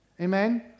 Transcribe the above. Amen